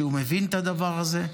שהוא מבין את הדבר הזה,